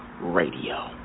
Radio